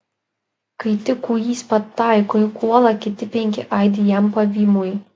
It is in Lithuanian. kai tik kūjis pataiko į kuolą kiti penki aidi jam pavymui